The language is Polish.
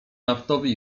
naftowi